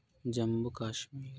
जम्मुकाश्मीरः